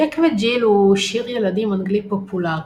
ג'ק וג'יל הוא שיר ילדים אנגלי פופולרי.